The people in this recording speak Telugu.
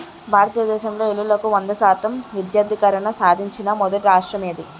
భారతదేశంలో ఇల్లులకు వంద శాతం విద్యుద్దీకరణ సాధించిన మొదటి రాష్ట్రం ఏది?